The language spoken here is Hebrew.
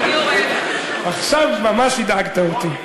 עכשיו ממש הדאגת אותי.